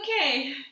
okay